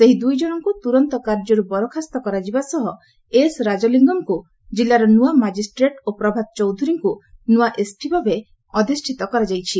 ସେହି ଦୂଇ ଜଣଙ୍କୃ ତ୍ରରନ୍ତ କାର୍ଯ୍ୟରୁ ବରଖାସ୍ତ କରାଯିବା ସହ ଏସ୍ ରାଜଲିଙ୍ଗମ୍ଙ୍କୁ ଜିଲ୍ଲାର ନୂଆ ମାଜିଷ୍ଟ୍ରେଟ୍ ଓ ପ୍ରଭାତ ଚୌଧୁରୀଙ୍କୁ ନୂଆ ଏସ୍ପି ଭାବେ ଅଧିଷ୍ଠିତ କରାଯାଇଛି